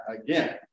again